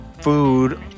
food